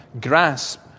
grasp